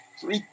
three